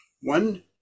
One